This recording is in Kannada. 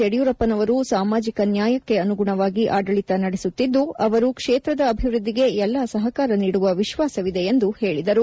ಯಡಿಯೂರಪ್ಪನವರು ಸಾಮಾಜಿಕ ನ್ಯಾಯಕ್ಕೆ ಅನುಗುಣವಾಗಿ ಅಡಳಿತ ನಡೆಸುತ್ತಿದ್ದು ಅವರು ಕ್ಷೇತ್ರದ ಅಭಿವೃದ್ದಿಗೆ ಎಲ್ಲ ಸಹಕಾರ ನೀಡುವ ವಿಶ್ವಾಸವಿದೆ ಎಂದು ತಿಳಿಸಿದರು